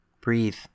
Breathe